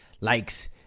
likes